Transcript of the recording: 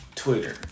Twitter